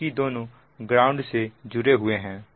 क्योंकि दोनों ग्राउंड से जुड़े हुए हैं